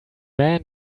man